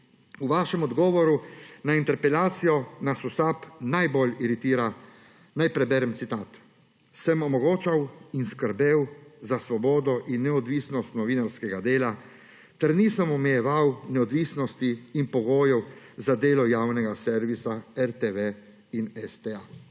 v vašem odgovoru na interpelacijo nas v SAB najbolj iritira, naj preberem citat, »sem omogočal in skrbel za svobodo in neodvisnost novinarskega dela ter nisem omejeval neodvisnosti in pogojev za delo javnega servisa RTV in STA«.